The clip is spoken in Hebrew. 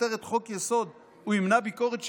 הכותרת "חוק-יסוד" ימנע ביקורת שיפוטית?